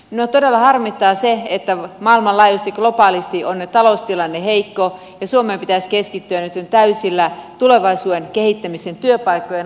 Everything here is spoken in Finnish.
minua todella harmittaa se että maailmanlaajuisesti globaalisti on taloustilanne heikko ja suomen pitäisi keskittyä nytten täysillä tulevaisuuden kehittämiseen työpaikkojen aikaansaamiseen